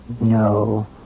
No